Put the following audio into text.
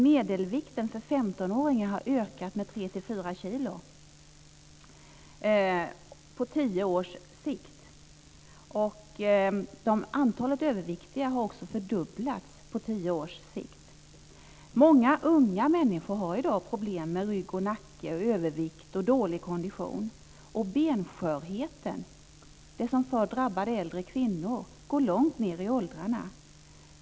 Medelvikten för 15-åringar har ökat med 3-4 kilo på tio år. Antalet överviktiga har fördubblats på tio år. Många unga människor har i dag problem med rygg och nacke, övervikt och dålig kondition. Benskörheten, det som förr drabbade äldre kvinnor, går långt ned i åldrarna.